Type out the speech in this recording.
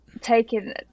taking